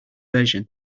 version